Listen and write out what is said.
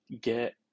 get